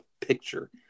picture